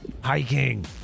Hiking